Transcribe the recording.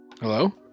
hello